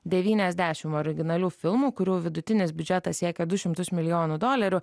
devyniasdešim originalių filmų kurių vidutinis biudžetas siekia du šimtus milijonų dolerių